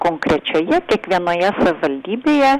konkrečioje kiekvienoje savivaldybėje